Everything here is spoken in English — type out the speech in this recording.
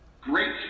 Great